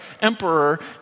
emperor